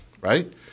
right